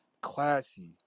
classy